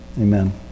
amen